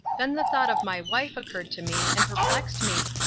then the thought of my wife occurred to me and perplexed me.